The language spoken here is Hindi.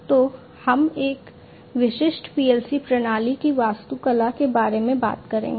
तो हम एक विशिष्ट PLC प्रणाली की वास्तुकला के बारे में बात करेंगे